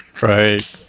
right